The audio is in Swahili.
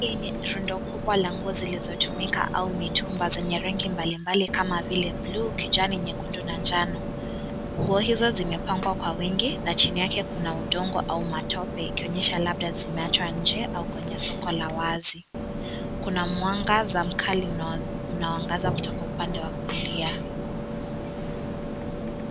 Hii ni rundo kubwa la nguo zilizotumika au mitumba zenye rangi mbali mbali kama vile bluu, kijani, nyekundu na njano. Nguo hizo zimepangwa kwa wingi na chini yake kuna udongo au matope ikionyesha kwamba labda zimeachwa nje au kwenye soko la wazi. Kuna mwangaza mkali unaoangaza kutoka upande wa kulia.